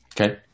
Okay